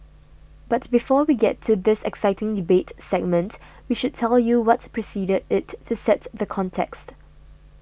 but before we get to this exciting debate segment we should tell you what preceded it to set the context